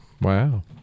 Wow